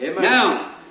Now